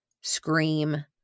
scream